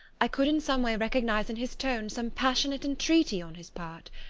i could in some way recognise in his tones some passionate entreaty on his part.